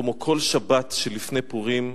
כמו בכל שבת שלפני פורים,